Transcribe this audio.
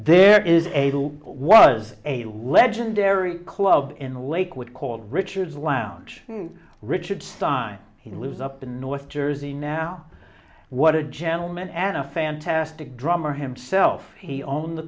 there is a was a legendary club in lakewood called richard's lounge richard stein he lives up in north jersey now what a gentleman and a fantastic drummer himself he own the